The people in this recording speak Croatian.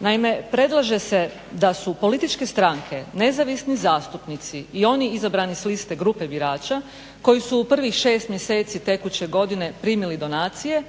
Naime, predlaže se da su političke stranke nezavisni zastupnici i oni izabrani s liste grupe birača koji su u prvih šest mjeseci tekuće godine primili donacije